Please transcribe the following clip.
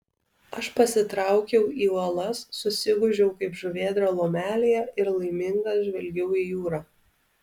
aš pasitraukiau į uolas susigūžiau kaip žuvėdra lomelėje ir laimingas žvelgiau į jūrą